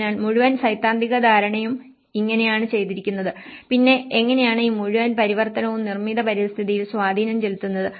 അതിനാൽ മുഴുവൻ സൈദ്ധാന്തിക ധാരണയും ഇങ്ങനെയാണ് ചെയ്തിരിക്കുന്നത് പിന്നെ എങ്ങനെയാണ് ഈ മുഴുവൻ പരിവർത്തനവും നിർമ്മിത പരിസ്ഥിതിയിൽ സ്വാധീനം ചെലുത്തുന്നത്